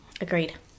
Agreed